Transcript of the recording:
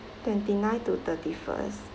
twenty nine to thirty first